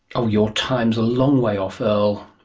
oh your time's a long way off earle.